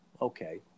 Okay